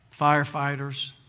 firefighters